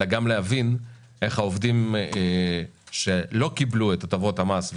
אלא גם להבין איך העובדים שלא קיבלו את הטבות המס,